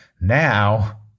now